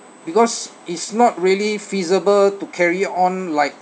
because it's not really feasible to carry on like